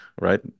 right